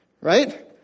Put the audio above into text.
right